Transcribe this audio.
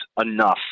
enough